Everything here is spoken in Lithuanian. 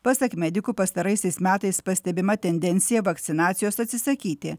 pasak medikų pastaraisiais metais pastebima tendencija vakcinacijos atsisakyti